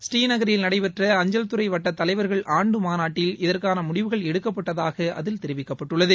ஸ்ரீநகரில் நடைபெற்ற அஞ்சல்துறை வட்டத் தலைவர்கள் ஆண்டு மாநாட்டில் இதற்கான முடிவுகள் எடுக்கப்பட்டதாக அதில் தெரிவிக்கப்பட்டுள்ளது